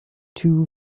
two